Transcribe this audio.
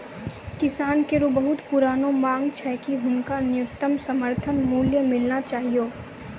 किसानो केरो बहुत पुरानो मांग छै कि हुनका न्यूनतम समर्थन मूल्य मिलना चाहियो